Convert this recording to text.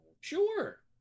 Sure